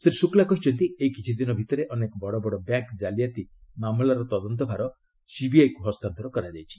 ଶ୍ରୀ ଶୁକ୍ଲା କହିଛନ୍ତି ଏଇ କିଛିଦିନ ଭିତରେ ଅନେକ ବଡ଼ବଡ଼ ବ୍ୟାଙ୍କ୍ ଜାଲିଆତି ମାମଲାର ତଦନ୍ତ ଭାର ସିବିଆଇକୁ ହସ୍ତାନ୍ତର କରାଯାଇଛି